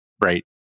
right